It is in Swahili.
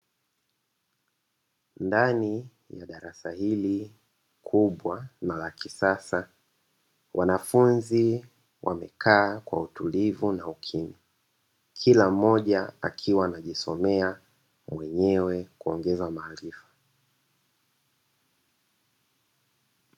Ndani ya darasa hili kubwa na la kisasa wanafunzi wamekaa kwa utulivu na ukimya, kila mmoja akiwa anajisomea mwenyewe kuongeza maarifa.